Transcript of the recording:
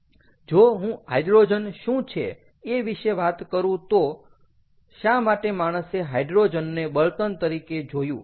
જો હું હાઈડ્રોજન શું છે એ વિશે વાત કરું તો શા માટે માણસે હાઇડ્રોજનને બળતણ તરીકે જોયું